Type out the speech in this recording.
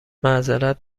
معذرت